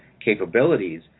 capabilities